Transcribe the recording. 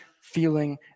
feeling